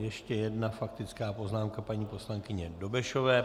Ještě jedna faktická poznámka paní poslankyně Dobešové.